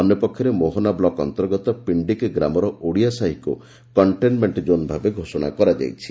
ଅନ୍ୟପକ୍ଷରେ ମୋହନା ବ୍ଲକ୍ ଅନ୍ତର୍ଗତ ପିଣ୍ଡିକି ଗ୍ରାମର ଓଡ଼ିଆ ସାହିକୁ କକ୍ଷେନ୍ମେକ୍କ ଜୋନ୍ ଭାବେ ଘୋଷଣା କରାଯାଇଛି